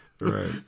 Right